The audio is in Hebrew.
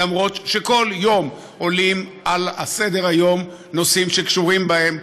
למרות שכל יום עולים על סדר-היום נושאים שקשורים בהם.